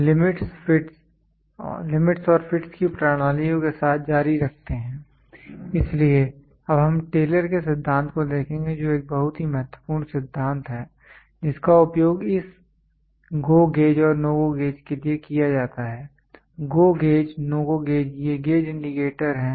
limits और fits की प्रणालियों के साथ जारी रखते हैं इसलिए अब हम टेलर के सिद्धांत को देखेंगे जो एक बहुत ही महत्वपूर्ण सिद्धांत है जिसका उपयोग इस GO गेज और NO GO गेज के लिए किया जाता है GO gauge NO GO gauge ये गेज इंडिकेटर गेज हैं